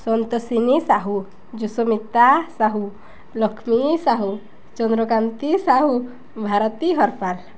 Santoshini Sahu Jashomita Sahu Lakshmi Sahu Chandrakanti Sahu Bharati Harpal